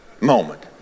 moment